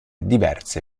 diverse